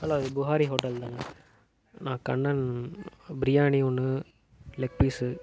hello இது Buhari hotel தானா நான் கண்ணன் பிரியாணி ஒன்று லெக்பீஸு